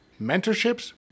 mentorships